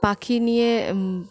পাখি নিয়ে